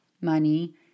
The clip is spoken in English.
money